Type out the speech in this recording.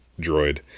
droid